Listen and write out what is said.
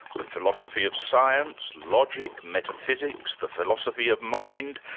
the philosophy of science, logic, metaphysics, the philosophy of mind,